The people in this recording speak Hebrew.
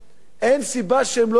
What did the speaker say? אין סיבה שהם לא יעברו,